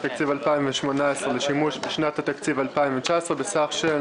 התקציב 2018 לשימוש בשנת התקציב 2019 בסך של